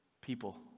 people